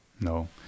No